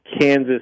Kansas